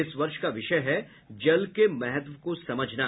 इस वर्ष का विषय है जल के महत्व को समझना